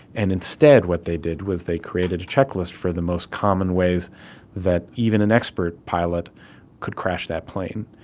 and instead, what they did was they created a checklist for the most common ways that even an expert pilot could crash that plane.